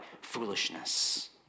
foolishness